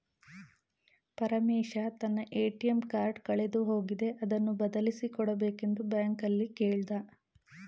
ಪರಮೇಶ ತನ್ನ ATM card ಕಳೆದು ಹೋಗಿದೆ ಅದನ್ನು ಬದಲಿಸಿ ಕೊಡಬೇಕೆಂದು ಬ್ಯಾಂಕಲ್ಲಿ ಕೇಳ್ದ